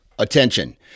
Attention